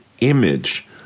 image